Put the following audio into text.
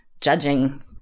judging